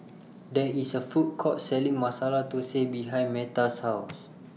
There IS A Food Court Selling Masala Thosai behind Metta's House